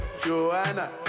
Joanna